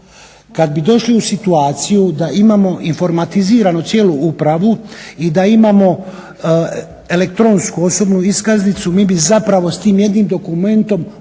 Kad bi došli u situaciju da imamo informatiziranu cijelu upravu i da imamo elektronsku osobnu iskaznicu mi bi zapravo s tim jednim dokumentom mogli